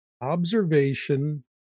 observation